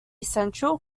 central